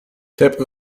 طبق